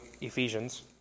Ephesians